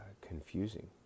confusing